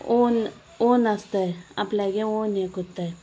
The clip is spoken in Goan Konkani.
ओन ओन आसताय आपल्यागे ओन हें करत्ताय